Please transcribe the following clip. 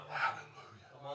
hallelujah